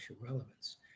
relevance